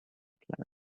planet